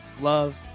love